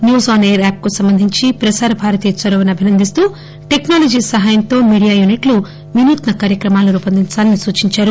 news on AIR app కు సంబంధించి ప్రసార భారతి చొరవను అభినందిస్తూ టెక్పా లజీ సహాయంతో మీడియా యూనిట్లు వినూత్ప కార్వక్రమాలను రూపొందించాలని సూచించారు